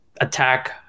attack